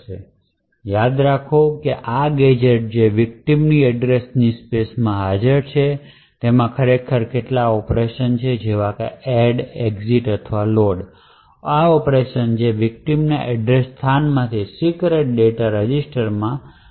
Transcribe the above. તેથી યાદ રાખો કે આ ગેજેટ જે વિકટીમ ની એડ્રેસ ની સ્પેસ માં હાજર છે તેમાં ખરેખર કેટલાક ઑપરેશન છે જેવા કે એડ એક્ઝિટ અથવા લોડ ઑપરેશન જે વિકટીમ ના એડ્રેસ સ્થાનમાંથી સિક્રેટ ડેટા રજિસ્ટર માં લોડ કરશે